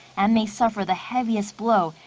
and may suffer the heaviest blow.